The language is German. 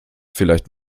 vielleicht